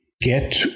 get